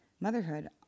motherhood